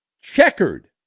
checkered